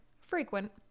frequent